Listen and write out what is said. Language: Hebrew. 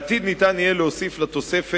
בעתיד יהיה אפשר להוסיף לתוספת,